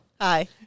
Hi